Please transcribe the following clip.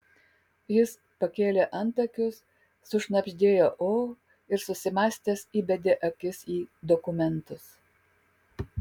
jis pakėlė antakius sušnabždėjo o ir susimąstęs įbedė akis į dokumentus